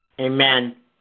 Amen